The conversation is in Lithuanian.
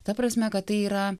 ta prasme kad tai yra